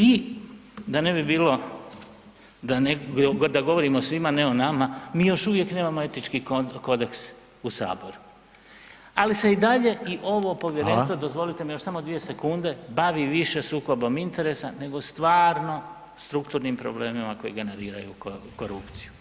I da ne bi bilo, da govorim o svima, a ne o nama, mi još uvijek nemamo Etički kodeks u Saboru, ali se i dalje i ovo Povjerenstvo, [[Upadica: Hvala.]] dozvolite mi još samo 2 sekunde, bavi više sukobom interesa nego stvarno strukturnim problemima koji generiraju korupciju.